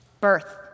Birth